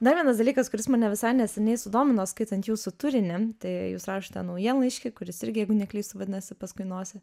dar vienas dalykas kuris mane visai neseniai sudomino skaitant jūsų turinį tai jūs rašote naujienlaiškį kuris irgi jeigu neklystu vadinasi paskui nosį